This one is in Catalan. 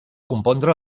compondre